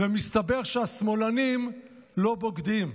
ומסתבר שהשמאלנים לא בוגדים.